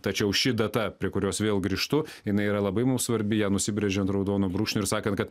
tačiau ši data prie kurios vėl grįžtu jinai yra labai mums svarbi ją nusibrėžiant raudonu brūkšniu ir sakant kad